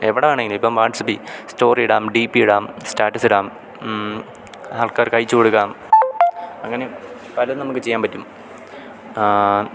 എവിടെ വേണമെങ്കിലും ഇപ്പം വാട്ട്സപ്പിൽ സ്റ്റോറി ഇടാം ഡി പി ഇടാം സ്റ്റാറ്റസ് ഇടാം ആൾക്കാർക്കയച്ച് കൊടുക്കാം അങ്ങനെ പലതും നമുക്ക് ചെയ്യാൻ പറ്റും